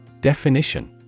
Definition